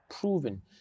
proven